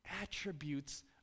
attributes